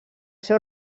seu